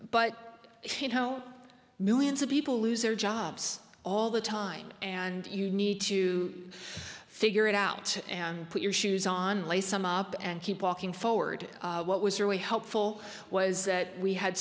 but millions of people lose their jobs all the time and you need to figure it out and put your shoes on lay some up and keep walking forward what was really helpful was that we had